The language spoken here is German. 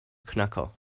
knacker